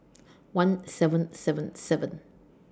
one seven seven seven